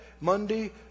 Monday